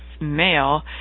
male